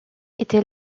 était